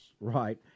Right